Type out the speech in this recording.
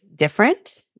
different